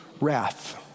wrath